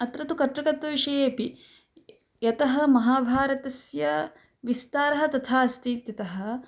अत्र तु कर्तृकत्वविषये अपि यतः महाभारतस्य विस्तारः तथा अस्ति इत्यतः